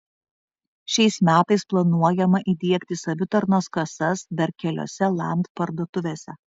šiais metais planuojama įdiegti savitarnos kasas dar keliose land parduotuvėse